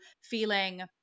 feeling